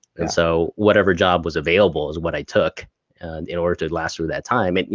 and so whatever job was available is what i took in order to last through that time. and